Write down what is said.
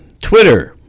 Twitter